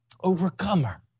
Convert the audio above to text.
overcomer